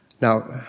Now